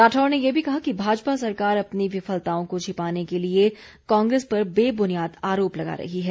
राठौर ने ये भी कहा कि भाजपा सरकार अपनी विफलताओं को छिपाने के लिए कांग्रेस पर बेबुनियाद आरोप लगा रही है